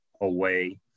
away